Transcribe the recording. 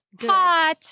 hot